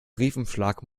briefumschlag